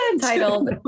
titled